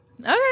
Okay